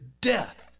death